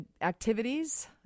activities